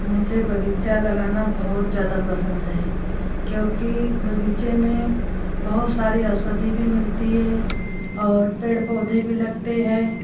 मुझे बगीचा लगाना बहुत ज़्यादा पसंद है क्योंकि बगीचे में बहुत सारी औषधि भी मिलती है और पेड़ पौधे भी लगते हैं